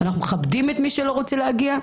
אנחנו מכבדים את מי שלא רוצה להגיע,